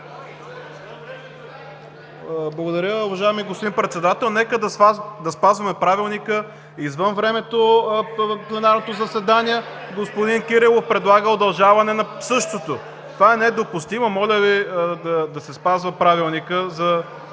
Благодаря Ви. Уважаеми господин Председател, нека да спазваме Правилника. Извън времето на пленарното заседание господин Кирилов предлага удължаване на същото. Това е недопустимо. Моля Ви да се спазва Правилникът за реда